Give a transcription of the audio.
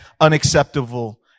unacceptable